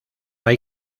hay